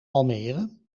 almere